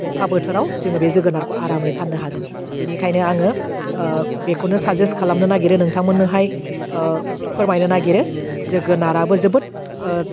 अखा बोथोराव जोङो बे जोगोनारखौ आरामै फाननो हागोन बिनिखायनो आङो ओह बेखौनो साजेस्ट खालानो नागिरो नोंथांमोननोहाय ओह फोरमायनो नागिरो जोगोनारबो जोबोत ओह